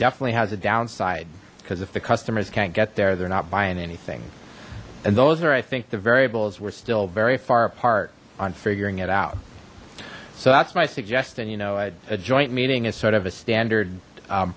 definitely has a downside because if the customers can't get there they're not buying anything and those are i think the variables were still very far apart on figuring it out so that's my suggestion you know i join meeting is sort of a standard